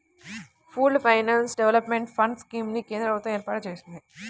pooled finance development fund scheme ని కేంద్ర ప్రభుత్వం ఏర్పాటు చేసింది